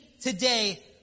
today